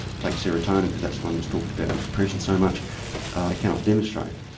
take serotonin because that's the one that's talked about with depression so much they cannot demonstrate.